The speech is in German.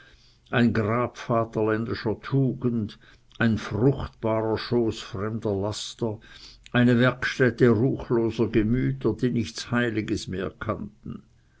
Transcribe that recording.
ein grab vaterländischer tugend ein fruchtbarer schoß fremder laster eine werkstätte ruchloser gemüter die nichts heiliges mehr kannten